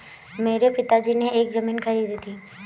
मेरे पिताजी ने एक जमीन खरीदी थी